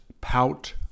pout